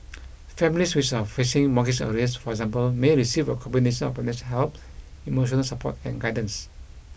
families which are facing mortgage arrears for example may receive a combination of financial help emotional support and guidance